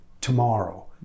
tomorrow